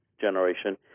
generation